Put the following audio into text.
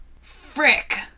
Frick